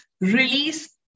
release